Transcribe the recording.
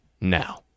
now